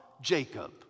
Jacob